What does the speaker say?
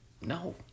No